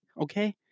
Okay